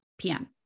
PM